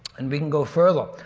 and we can go further.